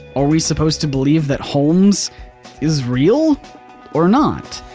are we supposed to believe that holmes is real or not?